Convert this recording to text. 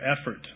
effort